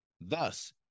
Thus